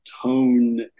tone